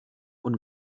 und